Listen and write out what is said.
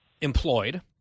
employed